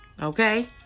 Okay